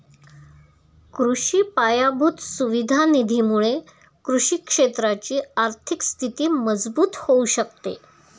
कृषि पायाभूत सुविधा निधी मुळे कृषि क्षेत्राची आर्थिक स्थिती मजबूत होऊ शकते